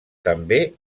també